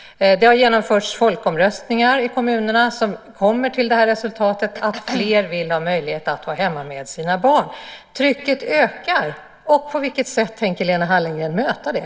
Det har genomförts folkomröstningar i kommunerna som kommer till detta resultat: Fler vill ha möjlighet att vara hemma med sina barn. Trycket ökar. På vilket sätt tänker Lena Hallengren möta det?